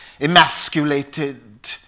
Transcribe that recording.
emasculated